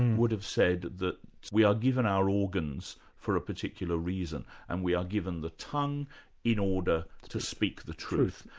would have said that we are given our organs for a particular reason, and we are given the tongue in order to speak the truth.